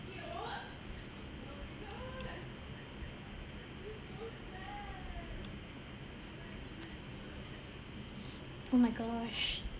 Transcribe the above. oh my gosh